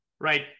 right